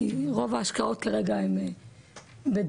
כי רוב ההשקעות כרגע הן בדולר,